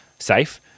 safe